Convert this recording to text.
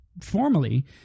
formally